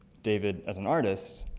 david, as an artist,